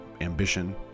ambition